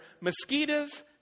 mosquitoes